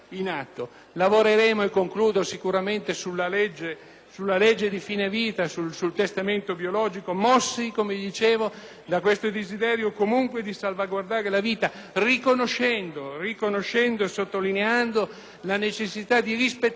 sulla legge di fine vita, sul testamento biologico, mossi da questo desiderio comunque di salvaguardare la vita, riconoscendo e sottolineando la necessità di rispettare un ambito di libertà e di autodeterminazione,